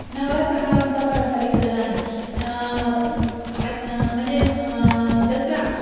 नवरात्र हा आमचा पारंपरिक सण आहे आज म्हणजे दसरा